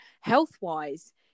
health-wise